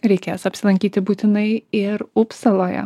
reikės apsilankyti būtinai ir upsaloje